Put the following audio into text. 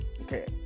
okay